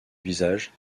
visage